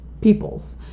peoples